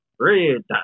red